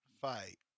fight